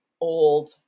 old